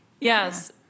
Yes